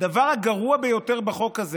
הדבר הגרוע ביותר בחוק הזה